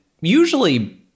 usually